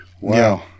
Wow